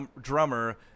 drummer